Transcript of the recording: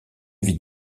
vie